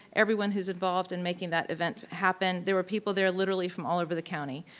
everyone who was involved in making that event happen. there were people there literally from all over the county.